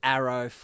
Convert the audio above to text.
Arrow